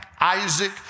Isaac